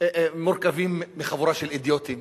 מורכבים מחבורה של אידיוטים